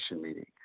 meeting